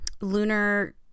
lunar